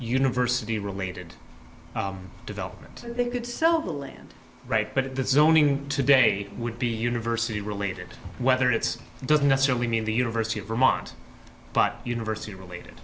university related development they could sell the land right but it does zoning today would be university related whether it's doesn't necessarily mean the university of vermont but university related